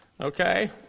Okay